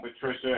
Patricia